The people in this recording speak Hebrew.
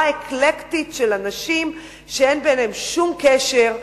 אקלקטית של אנשים שאין ביניהם שום קשר,